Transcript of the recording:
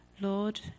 Lord